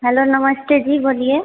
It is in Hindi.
हलो नमस्ते जी बोलिए